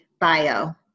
bio